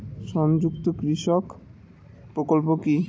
সংযুক্ত কৃষক প্রকল্প কি?